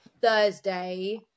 thursday